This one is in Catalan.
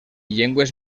llengües